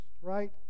right